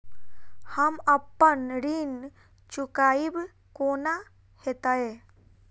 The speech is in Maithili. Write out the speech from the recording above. हम अप्पन ऋण चुकाइब कोना हैतय?